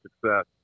success